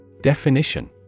Definition